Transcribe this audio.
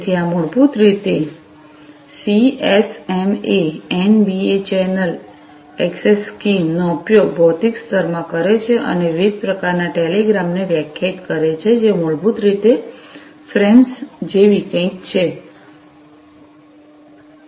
તેથી આ મૂળભૂત રીતે CSMA NBA channel access scheme NBA channel access scheme નો ઉપયોગ ભૌતિક સ્તરમાં કરે છે અને વિવિધ પ્રકારના ટેલિગ્રામને વ્યાખ્યાયિત કરે છે જે મૂળભૂત રીતે ફ્રેમ્સ જેવી કંઈક છે